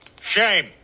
Shame